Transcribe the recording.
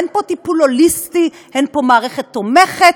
אין פה טיפול הוליסטי, אין פה מערכת תומכת.